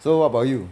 so what about you